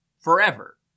forever